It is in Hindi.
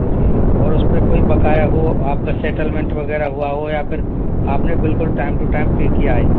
जी और उस पर कोई बक़ाया हो आपका सेटलमेंट वग़ैरह हुआ हो या फिर आप ने बिल्कुल टाइम टू टाइम पर किया है